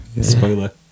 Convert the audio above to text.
Spoiler